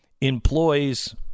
employs